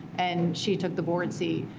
and she took the board seat.